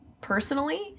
personally